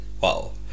Wow